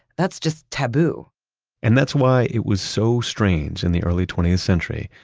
that's just taboo and that's why it was so strange in the early twentieth century,